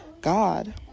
God